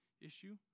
issue